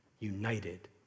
united